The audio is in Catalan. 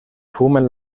fumen